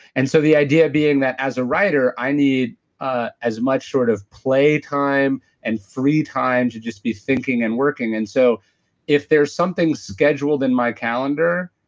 and so the idea being that as a writer, i need ah as much sort of play time and free time to just be thinking and working. and so if there's something scheduled in my calendar,